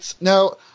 Now